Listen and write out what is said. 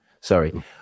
sorry